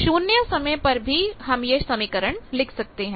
t0 समय पर भी हम यह समीकरण लिख सकते हैं